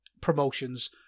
promotions